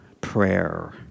prayer